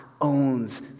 owns